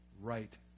right